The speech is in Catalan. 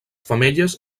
femelles